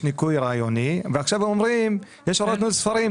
ניכוי רעיוני ועכשיו אומרים שיש הוראות ניהול ספרים,